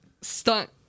stunt